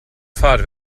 fahrt